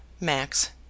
Max